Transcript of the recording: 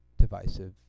divisive